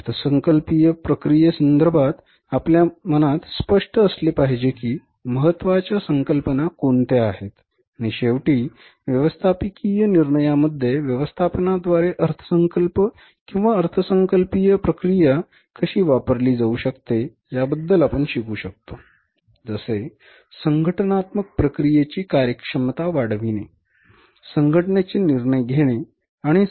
अर्थसंकल्पीय प्रक्रियेसंदर्भात आपल्या मनात स्पष्ट असले पाहिजे की महत्त्वाच्या संकल्पना कोणत्या आहेत आणि शेवटी व्यवस्थापकीय निर्णयामध्ये व्यवस्थापनाद्वारे अर्थसंकल्प किंवा अर्थसंकल्पीय प्रक्रिया कशी वापरली जाऊ शकते याबद्दल आपण शिकू शकतो जसे संघटनात्मक प्रक्रियेची कार्यक्षमता वाढविणे संघटनेचे निर्णय घेणे आणि संघटनात्मक कामगिरी करणे बरोबर